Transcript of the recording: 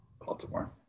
Baltimore